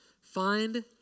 Find